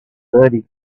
thirty